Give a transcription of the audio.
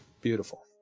beautiful